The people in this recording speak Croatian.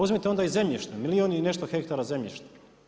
Uzmite onda i zemljište, milijun i nešto hektara zemljišta.